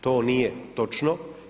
To nije točno.